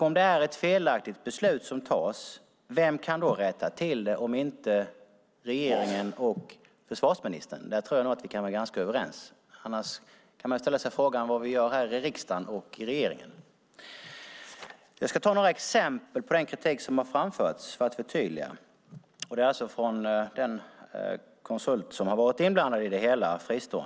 Om det är ett felaktigt beslut som fattas, vem kan rätta till det om inte regeringen och försvarsministern? Där tror jag att vi kan vara ganska överens, annars kan man ställa sig frågan vad vi gör här i riksdagen och i regeringen. Jag ska ta några exempel på den kritik som har framförts för att förtydliga. Den kommer alltså från den fristående konsultfirma som har varit inblandad i det hela.